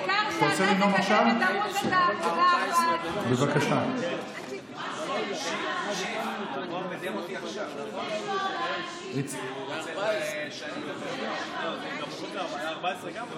העיקר שאתה תקדם את ערוץ התעמולה 14. הודעה אישית זה לא,